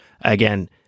again